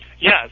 Yes